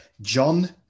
John